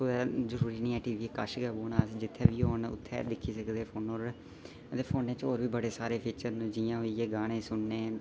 कुदै जरूरी निं ऐ की टी वी कश गै रौह्ना अस जि'त्थें बी होन उ'त्थें दिक्खी सकदे फोनो 'र ते फोनै च होर बी बड़े सारे फीचर न जि'यां हून इ'यै गाने सुनने